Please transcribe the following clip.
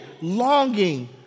longing